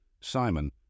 Simon